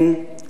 כן,